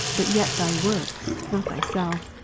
but yet thy works, not thyself,